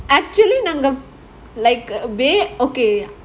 actually நாங்க:naanga like a bit okay